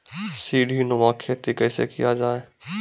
सीडीनुमा खेती कैसे किया जाय?